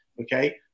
okay